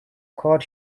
card